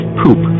poop